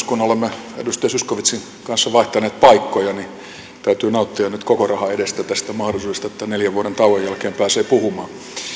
kun olemme edustaja zyskowiczin kanssa vaihtaneet paikkoja niin täytyy nauttia nyt koko rahan edestä tästä mahdollisuudesta että neljän vuoden tauon jälkeen pääsee puhumaan